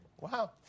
Wow